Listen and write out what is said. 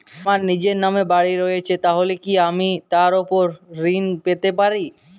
আমার নিজের নামে বাড়ী রয়েছে তাহলে কি আমি তার ওপর ঋণ পেতে পারি?